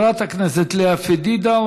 חברת הכנסת לאה פדידה,